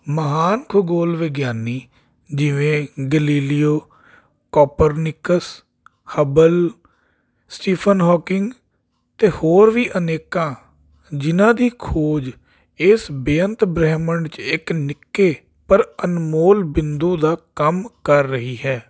ਮਹਾਨ ਖਗੋਲ ਵਿਗਿਆਨੀ ਜਿਵੇਂ Galileo Copernicus Hubble Stephen Hawking ਅਤੇ ਹੋਰ ਵੀ ਅਨੇਕਾਂ ਜਿਹਨਾਂ ਦੀ ਖੋਜ ਇਸ ਬੇਅੰਤ ਬ੍ਰਹਿਮੰਡ 'ਚ ਇੱਕ ਨਿੱਕੇ ਪਰ ਅਨਮੋਲ ਬਿੰਦੂ ਦਾ ਕੰਮ ਕਰ ਰਹੀ ਹੈ